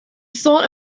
thought